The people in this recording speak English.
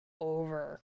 over